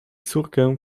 córkę